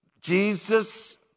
Jesus